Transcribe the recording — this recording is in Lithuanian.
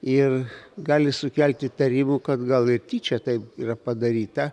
ir gali sukelti įtarimų kad gal ir tyčia taip yra padaryta